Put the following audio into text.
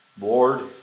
Lord